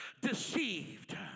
deceived